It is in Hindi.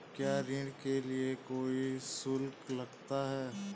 क्या ऋण के लिए कोई शुल्क लगता है?